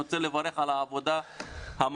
אני רוצה לברך על העבודה המדהימה,